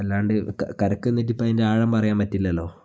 അല്ലാണ്ട് കരയ്ക്കു നിന്നിട്ടിപ്പോൾ അതിൻ്റെ ആഴം പറയാൻ പറ്റില്ലല്ലോ